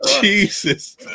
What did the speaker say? Jesus